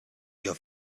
your